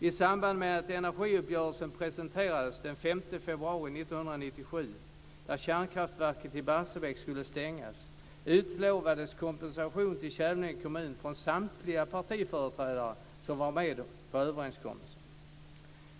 I samband med att energiuppgörelsen presenterades den 5 februari 1997 om att kärnkraftverket i Barsebäck skulle stängas utlovades kompensation till Kävlinge kommun från samtliga partiföreträdare som var med om överenskommelsen.